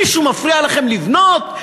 מישהו מפריע לכם לבנות?